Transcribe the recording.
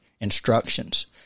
Instructions